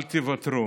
אל תוותרו.